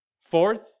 Fourth